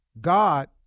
God